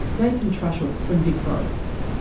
nathan trushell from vicforests.